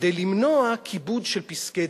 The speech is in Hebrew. כדי למנוע כיבוד של פסקי-דין,